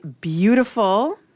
beautiful